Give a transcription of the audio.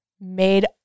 made